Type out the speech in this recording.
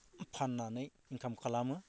फान्नानै इंखाम खालामो